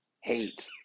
hate